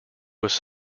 was